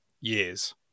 years